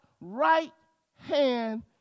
right-hand